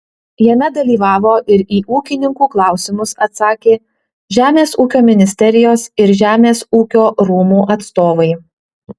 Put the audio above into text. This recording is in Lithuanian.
jame dalyvavo ir į ūkininkų klausimus atsakė žemės ūkio ministerijos ir žemės ūkio rūmų atstovai